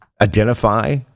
identify